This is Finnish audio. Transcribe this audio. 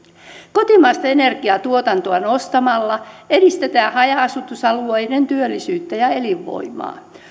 kotimaista energiatuotantoa nostamalla edistetään haja asutusalueiden työllisyyttä ja elinvoimaa